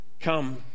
Come